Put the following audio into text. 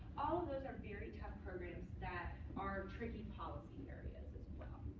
all of those are very tough programs that are tricky policy areas as well.